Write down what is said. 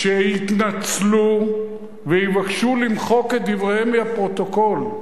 שיתנצלו ויבקשו למחוק את דבריהם מהפרוטוקול.